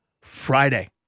Friday